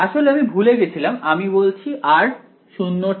আসলে আমি ভুলে গেছিলাম আমি বলছি r 0